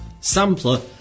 sampler